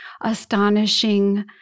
astonishing